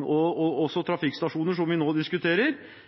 Da sentraliserer man, og